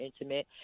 intimate